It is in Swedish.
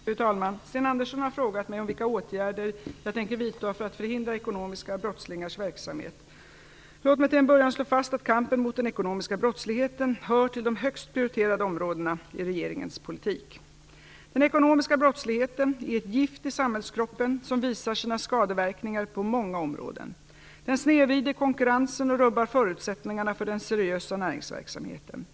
Fru talman! Sten Andersson har frågat mig om vilka åtgärder jag tänker vidta för att förhindra ekonomiska brottslingars verksamhet. Låt mig till en början slå fast att kampen mot den ekonomiska brottsligheten hör till de högst prioriterade områdena i regeringens politik. Den ekonomiska brottsligheten är ett gift i samhällskroppen som visar sina skadeverkningar på många områden. Den snedvrider konkurrensen och rubbar förutsättningarna för den seriösa näringsverksamheten.